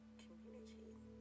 communicate